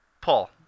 Paul